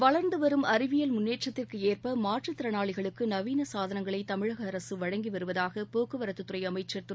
வளர்ந்து வரும் அறிவியல் முன்னேற்றத்திற்கு ஏற்ப மாற்றுத் திறனாளிகளுக்கு நவீன சாதனங்களை தமிழக அரசு வழங்கி வருவதாக போக்குவரத்து துறை அமைச்சர் திரு